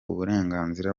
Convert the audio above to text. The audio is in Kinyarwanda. uburenganzira